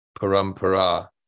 parampara